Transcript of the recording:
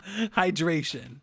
hydration